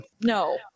no